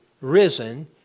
Risen